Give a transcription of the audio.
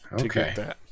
okay